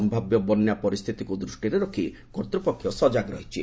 ସମ୍ଭାବ୍ୟ ବନ୍ୟା ପରିସ୍ଥିତିକୁ ଦୃଷ୍ଟିରେ ରଖି କର୍ତ୍ତୃପକ୍ଷ ସଜାଗ ରହିଛି